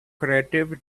creative